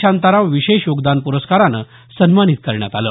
शांताराम विशेष योगदान प्रस्कारानं सन्मानित करण्यात आलं